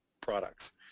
products